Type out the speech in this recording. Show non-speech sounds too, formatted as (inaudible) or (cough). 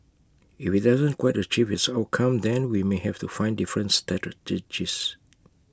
if IT doesn't quite achieve its outcome then we may have to find difference (unintelligible)